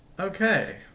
okay